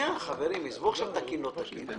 עזבו עכשיו תקין או לא תקין,